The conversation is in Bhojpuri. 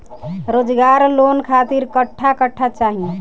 रोजगार लोन खातिर कट्ठा कट्ठा चाहीं?